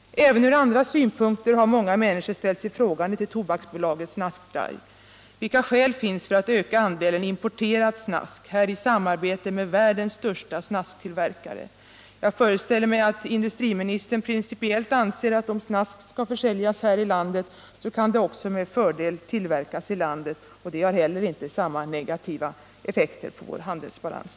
Även ur andra synpunkter har många människor ställt sig frågande till Tobaksbolagets snaskdrive. Vilka skäl kan finnas att öka andelen importerat snask genom samarbete med världens största snasktillverkare? Jag föreställer mig att industriministern principiellt anser att om snask skall försäljas här i landet, kan det också med fördel tillverkas i landet. Det har inte heller samma negativa effekter på vår handelsbalans.